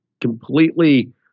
completely